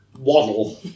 Waddle